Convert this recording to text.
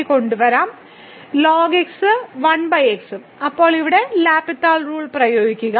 lnx ഉം 1x ഉം ഇപ്പോൾ ഇവിടെ L'Hospital റൂൾ പ്രയോഗിക്കുക